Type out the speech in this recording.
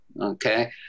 okay